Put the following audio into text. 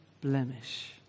blemish